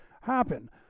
happen